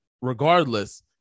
regardless